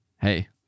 Hey